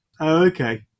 Okay